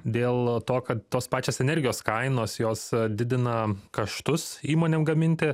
dėl to kad tos pačios energijos kainos jos didina kaštus įmonėm gaminti